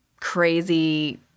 crazy